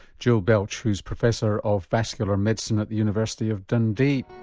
jill belch who is professor of vascular medicine at the university of dundee.